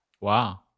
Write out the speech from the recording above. Wow